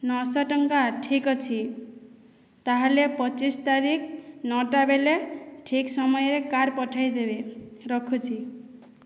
ନଅଶହ ଟଙ୍କା ଠିକ୍ଅଛି ତାହେଲେ ପଚିଶ ତାରିଖ ନଅଟାବେଳେ ଠିକ୍ ସମୟରେ କାର୍ ପଠାଇ ଦେବେ ରଖୁଛି